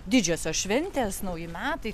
didžiosios šventės nauji metai